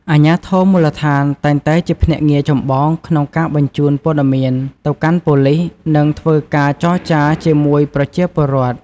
អាជ្ញាធរមូលដ្ឋានតែងតែជាភ្នាក់ងារចម្បងក្នុងការបញ្ជូនព័តមានទៅកាន់ប៉ូលីស និងធ្វើការចរចាជាមួយប្រជាពលរដ្ឋ។